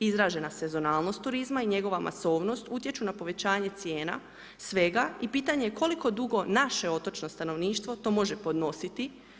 Izražena sezonalnost turizma i njegova masovnost utječu na povećanje cijena, svega i pitanje koliko dugo naše otočno stanovništvo to može podnositi.